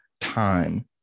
time